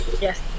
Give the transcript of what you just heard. yes